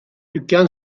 dükkan